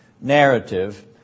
narrative